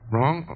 Wrong